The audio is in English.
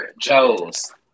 Joe's